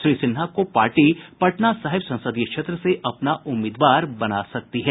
श्री सिन्हा को पार्टी पटना साहिब संसदीय क्षेत्र से अपना उम्मीदवार बना सकती है